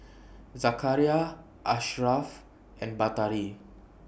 Zakaria Asharaff and Batari